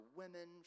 women